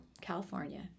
California